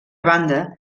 banda